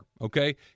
okay